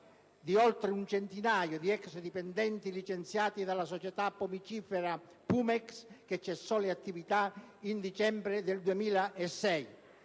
di oltre un centinaio di ex dipendenti licenziati dalla società pomicifera Pumex, che cessò le attività nel dicembre del 2006.